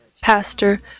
pastor